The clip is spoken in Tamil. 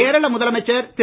கேரள முதலமைச்சர் திரு